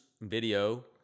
video